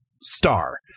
star